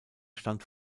stammt